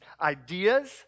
ideas